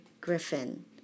Griffin